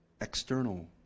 external